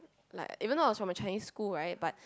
like even though I was from a Chinese school right but